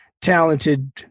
talented –